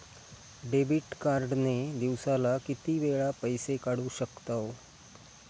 Debit card ने दिवसाला किती वेळा पैसे काढू शकतव?